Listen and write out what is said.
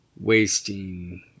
wasting